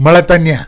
Malatanya